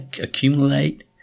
accumulate